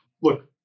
look